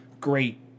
great